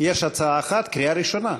יש הצעה אחת, קריאה ראשונה.